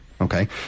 Okay